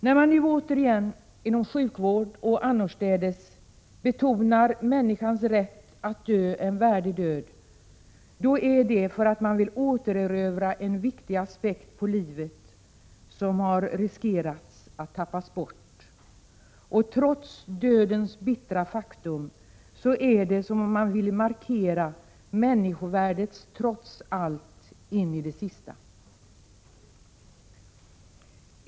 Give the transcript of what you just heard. När man nu återigen inom sjukvården och annorstädes betonar människans rätt att dö en värdig död, är det för att man vill återerövra en viktig aspekt på livet som har riskerats att tappas bort. Trots dödens bittra faktum är det som om man vill markera människovärdet trots allt, in i det sista.